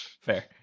Fair